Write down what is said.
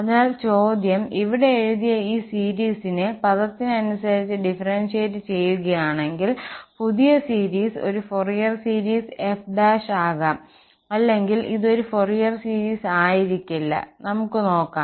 അതിനാൽ ചോദ്യം ഇവിടെ എഴുതിയ ഈ സീരിസിനെ പദത്തിനനുസരിച്ച് ഡിഫറെൻസിയേറ്റ് ചെയ്യുകയാണെങ്കിൽ പുതിയ സീരീസ് ഒരു ഫൊറിയർ സീരീസ് f ആകാം അല്ലെങ്കിൽ ഇത് ഒരു ഫൊറിയർ സീരീസ് ആയിരിക്കില്ല നമുക്ക് നോക്കാം